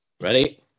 ready